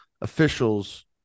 officials